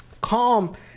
calm